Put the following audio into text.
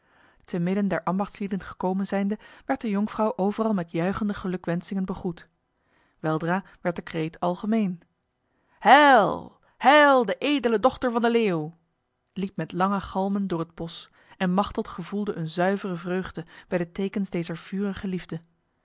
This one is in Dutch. te midden der ambachtslieden gekomen zijnde werd de jonkvrouw overal met juichende gelukwensingen begroet weldra werd de kreet algemeen heil heil de edele dochter van de leeuw liep met lange galmen door het bos en machteld gevoelde een zuivere vreugde bij de tekens dezer vurige liefde